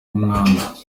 umwanda